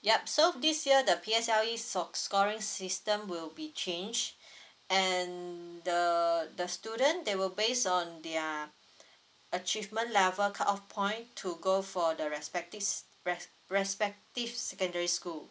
yup so this year the P_S_L_E s~ scoring system will be change and the the student they will based on their achievement level cutoff point to go for the respective respective secondary school